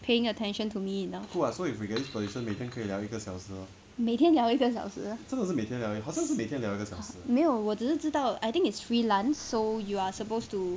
paying attention to me 难过每天聊一个小时没有我只是知道 I think it's freelance so you are supposed to